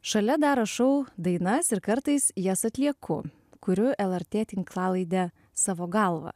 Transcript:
šalia dar rašau dainas ir kartais jas atlieku kuriu lrt tinklalaidę savo galva